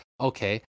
okay